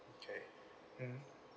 okay mm